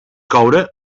coure